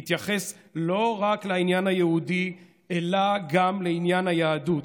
הוא התייחס לא רק לעניין היהודי אלא גם לעניין היהדות.